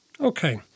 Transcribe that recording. Okay